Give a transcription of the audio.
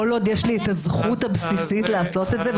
כל עוד יש לי הזכות הבסיסית לעשות את זה,